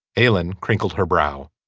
aylan crinkled her brow.